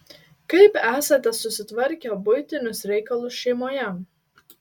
kaip esate susitvarkę buitinius reikalus šeimoje